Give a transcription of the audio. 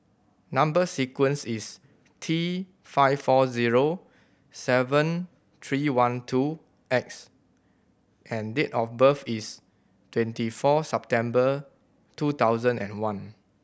number sequence is T five four zero seven three one two X and date of birth is twenty four September two thousand and one